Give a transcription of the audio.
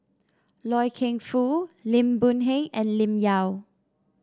Loy Keng Foo Lim Boon Heng and Lim Yau